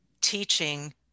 teaching